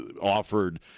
offered